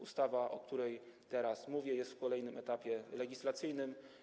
Ustawa, o której teraz mówię, jest na kolejnym etapie legislacyjnym.